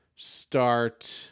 Start